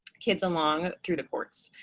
kids along through the courts.